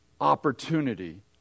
opportunity